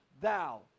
thou